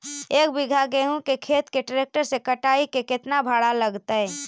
एक बिघा गेहूं के खेत के ट्रैक्टर से कटाई के केतना भाड़ा लगतै?